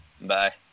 Bye